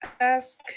ask